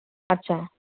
আচ্ছা